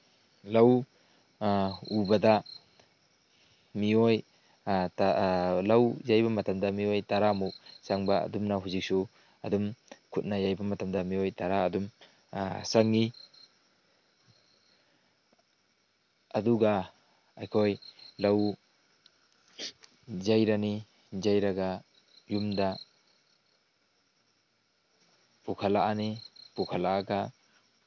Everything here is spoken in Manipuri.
ꯂꯧ ꯎꯕꯗ ꯃꯤꯑꯣꯏ ꯂꯧ ꯌꯩꯕ ꯃꯇꯝꯗ ꯃꯤꯑꯣꯏ ꯇꯔꯥꯃꯨꯛ ꯆꯪꯕ ꯑꯗꯨꯝꯅ ꯍꯧꯖꯤꯛꯁꯨ ꯑꯗꯨꯝ ꯈꯨꯠꯅ ꯌꯩꯕ ꯃꯇꯝꯗ ꯃꯤꯑꯣꯏ ꯇꯔꯥ ꯑꯗꯨꯝ ꯆꯪꯉꯤ ꯑꯗꯨꯒ ꯑꯩꯈꯣꯏ ꯂꯧ ꯌꯩꯔꯅꯤ ꯌꯩꯔꯒ ꯌꯨꯝꯗ ꯄꯨꯈꯠꯂꯛꯑꯅꯤ ꯄꯨꯈꯠꯂꯛꯑꯒ